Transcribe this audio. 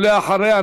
ואחריה,